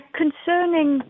concerning